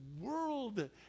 world